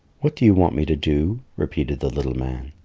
what do you want me to do? repeated the little man.